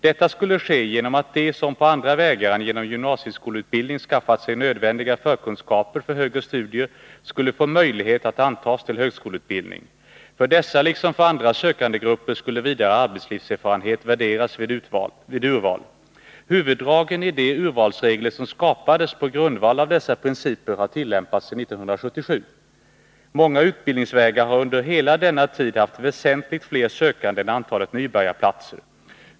Detta skulle ske genom att de som på andra vägar än genom gymnasieskolutbildning skaffat sig nödvändiga förkunskaper för högre studier skulle få möjlighet att antas till högskoleutbildning. För dessa liksom för andra sökande grupper skulle vidare arbetslivserfarenhet värderas vid urval. Huvuddragen i de urvalsregler som skapades på grundval av dessa principer har tillämpats sedan 1977. Många utbildningsvägar har under hela denna tid haft väsentligt flera sökande än antalet nybörjarplatser.